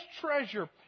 treasure